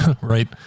right